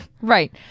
Right